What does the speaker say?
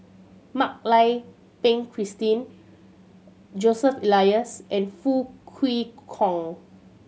Mak Lai Peng Christine Joseph Elias and Foo Kwee Horng